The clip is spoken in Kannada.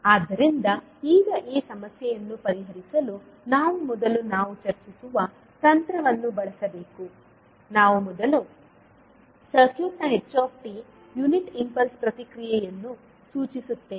ಆದ್ದರಿಂದ ಈಗ ಈ ಸಮಸ್ಯೆಯನ್ನು ಪರಿಹರಿಸಲು ನಾವು ಮೊದಲು ನಾವು ಚರ್ಚಿಸುವ ತಂತ್ರವನ್ನು ಬಳಸಬೇಕು ನಾವು ಮೊದಲು ಸರ್ಕ್ಯೂಟ್ನ h ಯುನಿಟ್ ಇಂಪಲ್ಸ್ ಪ್ರತಿಕ್ರಿಯೆಯನ್ನು ಸೂಚಿಸುತ್ತೇವೆ